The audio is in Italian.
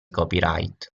copyright